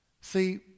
See